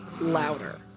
louder